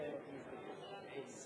למה?